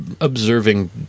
observing